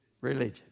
religion